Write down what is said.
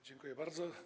Dziękuję bardzo.